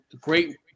great